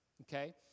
Okay